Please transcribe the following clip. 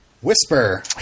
Whisper